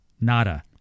nada